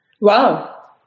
Wow